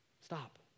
Stop